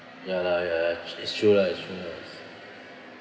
ya lah ya it's true lah it's true